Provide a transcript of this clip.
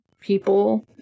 people